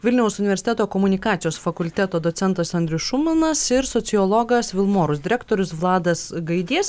vilniaus universiteto komunikacijos fakulteto docentas andrius šuminas ir sociologas vilmorus direktorius vladas gaidys